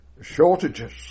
shortages